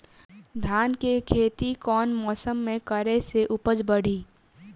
धान के खेती कौन मौसम में करे से उपज बढ़ी?